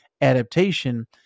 adaptation